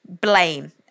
blame